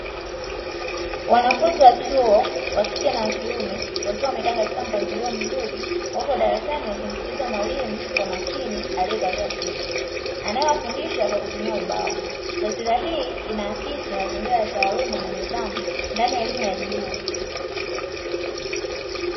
Wanafunzi wa chuo wakike na wakiume wakiwa wamekaa katika mpangilio mzuri huo darasani, wakimsikiliza mwalimu kwa makini aliyevalia suti anaewafundisha kwa kutumia ubao, taswira hii inakisi mazingira ya taaluma na nidhamu ndani ya elimu ya juu.